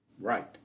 Right